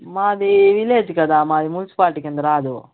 మాది విలేజ్ కదా మాది మున్సిపాలిటీ కింద రాదు